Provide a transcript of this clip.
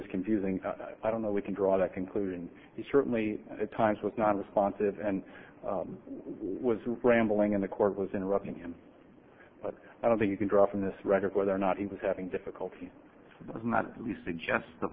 was confusing i don't know we can draw that conclusion certainly at times with not responsive and was rambling in the court was interrupting him but i don't think you can draw from this rhetoric whether or not he was having difficulty in that you suggest the